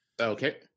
okay